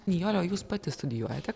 nijole o jūs pati studijuojate